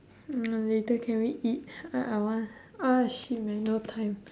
mm later can we eat what I want ah shit man no time